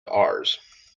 ours